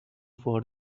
for